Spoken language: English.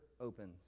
opens